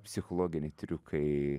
psichologiniai triukai